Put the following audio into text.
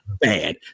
bad